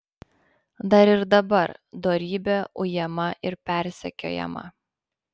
dar ir dabar dorybė ujama ir persekiojama